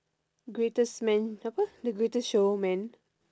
greatest man apa the greatest showman